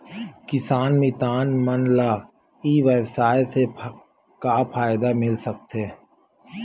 किसान मितान मन ला ई व्यवसाय से का फ़ायदा मिल सकथे?